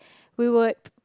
we would